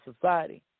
society